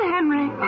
Henry